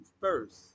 first